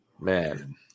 Man